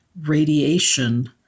radiation